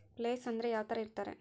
Place ಅಂದ್ರೆ ಯಾವ್ತರ ಇರ್ತಾರೆ?